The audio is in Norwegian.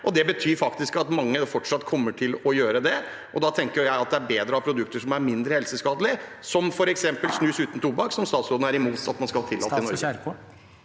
Det betyr faktisk at mange fortsatt kommer til å gjøre det. Da tenker jeg at det er bedre å ha produkter som er mindre helseskadelige, som f.eks. snus uten tobakk, som statsråden er imot at man skal tillate i Norge.